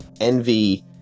envy